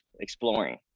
exploring